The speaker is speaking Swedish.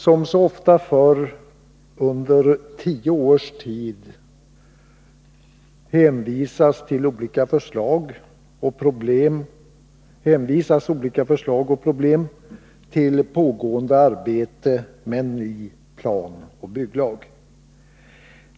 Som så ofta förr under tio års tid hänvisas olika förslag och problem till pågående arbete med en ny planoch bygglag.